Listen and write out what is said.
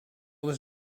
was